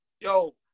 Yo